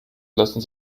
lassen